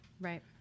Right